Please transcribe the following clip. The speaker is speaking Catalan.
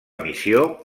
missió